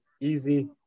easy